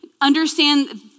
understand